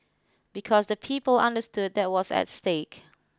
because the people understood there was at stake